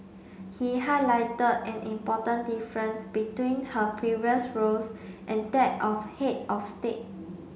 he highlighted an important difference between her previous roles and that of head of state